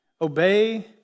Obey